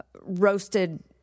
roasted